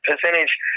percentage